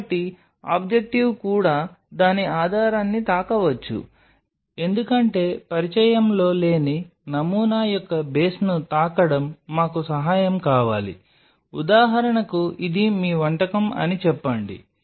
కాబట్టి ఆబ్జెక్టివ్ కూడా దాని ఆధారాన్ని తాకవచ్చు ఎందుకంటే పరిచయంలో లేని నమూనా యొక్క బేస్ను తాకడం మాకు సహాయం కావాలి ఉదాహరణకు ఇది మీ వంటకం అని చెప్పండి